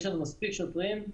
יש לנו מספיק שוטרים.